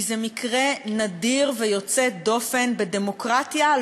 כי זה מקרה נדיר ויוצא דופן בדמוקרטיה,